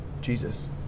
jesus